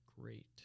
great